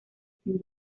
sin